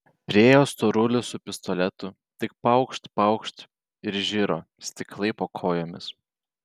priėjo storulis su pistoletu tik paukšt paukšt ir žiro stiklai po kojomis